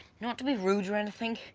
not to be rude or anything,